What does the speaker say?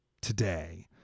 today